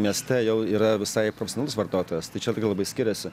mieste jau yra visai profesionalus vartotojas tai čia tikrai labai skiriasi